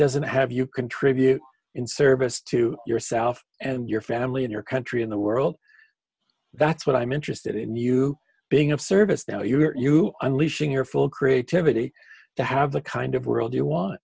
doesn't have you contribute in service to yourself and your family in your country in the world that's what i'm interested in you being of service now you are you i'm leashing your full creativity to have the kind of world you want